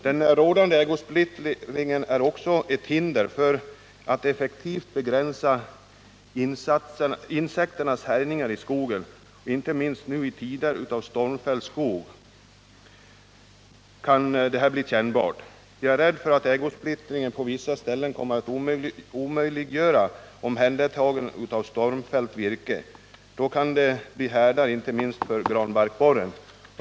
Den rådande ägosplittringen är också ett hinder för att effektivt begränsa insekternas härjningar i skogen, och inte minst nu, i tider med stormfälld skog, kan detta bli kännbart. Jag är rädd för att ägosplittringen på vissa ställen kommer att omöjliggöra omhändertagande av stormfällt virke. Då kan det bli härdar inte minst för granbarkborren.